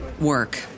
work